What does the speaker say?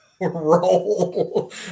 roll